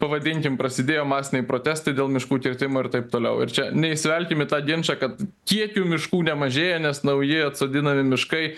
pavadinkim prasidėjo masiniai protestai dėl miškų kirtimo ir taip toliau ir čia neįsivelkim į tą ginčą kad kiekių miškų nemažėja nes nauji atsodinami miškai